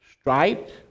striped